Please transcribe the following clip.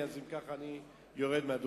אם כך, אני יורד מהדוכן.